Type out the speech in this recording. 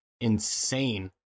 insane